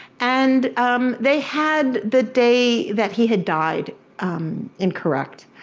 and they had the day that he had died incorrect.